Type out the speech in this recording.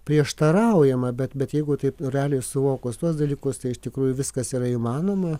prieštaraujama bet bet jeigu taip realiai suvokus tuos dalykus tai iš tikrųjų viskas yra įmanoma